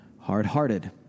Hard-hearted